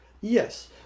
Yes